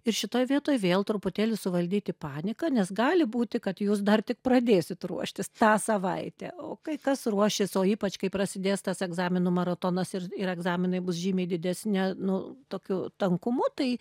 ir šitoj vietoj vėl truputėlį suvaldyti paniką nes gali būti kad jūs dar tik pradėsit ruoštis tą savaitę o kai kas ruošis o ypač kai prasidės tas egzaminų maratonas ir ir egzaminai bus žymiai didesne nu tokiu tankumu tai